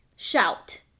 shout